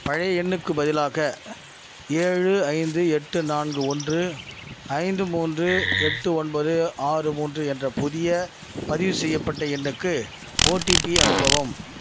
பழைய எண்ணுக்கு பதிலாக ஏழு ஐந்து எட்டு நான்கு ஒன்று ஐந்து மூன்று எட்டு ஒன்பது ஆறு மூன்று என்ற புதிய பதிவுசெய்யப்பட்ட எண்ணுக்கு ஓடிபி அனுப்பவும்